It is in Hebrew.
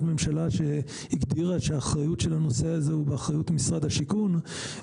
ממשלה שהגדירה שהנושא הזה הוא באחריות משרד השיכון,